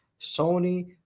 Sony